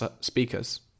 speakers